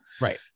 Right